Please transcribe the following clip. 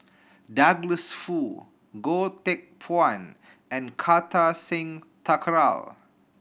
Douglas Foo Goh Teck Phuan and Kartar Singh Thakral